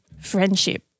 friendship